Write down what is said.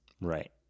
Right